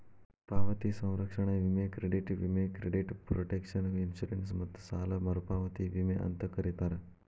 ಪಾವತಿ ಸಂರಕ್ಷಣಾ ವಿಮೆ ಕ್ರೆಡಿಟ್ ವಿಮೆ ಕ್ರೆಡಿಟ್ ಪ್ರೊಟೆಕ್ಷನ್ ಇನ್ಶೂರೆನ್ಸ್ ಮತ್ತ ಸಾಲ ಮರುಪಾವತಿ ವಿಮೆ ಅಂತೂ ಕರೇತಾರ